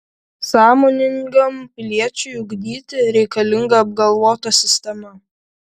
sąmoningam piliečiui ugdyti reikalinga apgalvota sistema